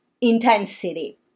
intensity